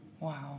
Wow